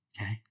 okay